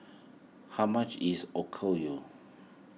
how much is Okayu